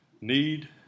need